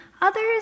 Others